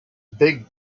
big